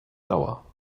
lauer